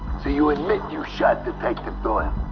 so you admit you shot detective doyle?